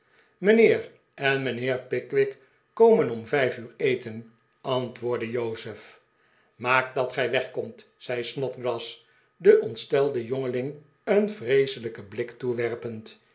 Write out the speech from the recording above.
en mijnheer pickwick komen om vijf uur eten antwoordde jozef maak dat gij wegkomt zei snodgrass den ontstelden jongeling een vreeselijken blik toewerpend